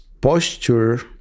posture